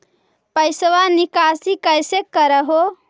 पैसवा निकासी कैसे कर हो?